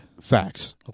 facts